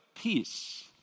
Peace